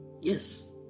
Yes